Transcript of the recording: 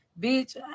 bitch